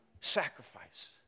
sacrifice